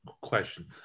question